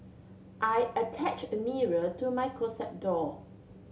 I attach a mirror to my closet door